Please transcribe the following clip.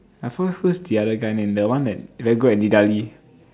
I forgot who's the other guy name the one that very good at